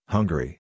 Hungary